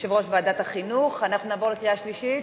יושב-ראש ועדת החינוך, אנחנו נעבור לקריאה שלישית.